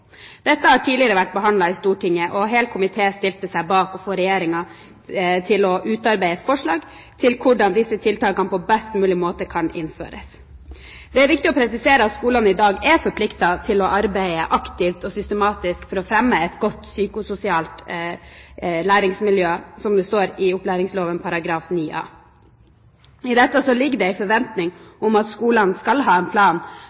Dette har tidligere vært behandlet i Stortinget, og hele komiteen stilte seg bak det å få Regjeringen til å utarbeide et forslag til hvordan disse tiltakene på en best mulig måte kan innføres. Det er viktig å presisere at skolene i dag er forpliktet til å arbeide aktivt og systematisk for å fremme et godt psykososialt læringsmiljø, som det står i opplæringsloven § 9a. I dette ligger det en forventning om at skolene skal ha en plan